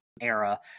era